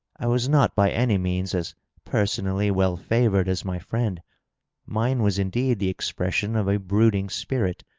i was not by any means as personally well-favored as my friend mine was indeed the expression of a brooding spirit,